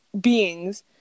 beings